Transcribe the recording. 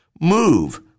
Move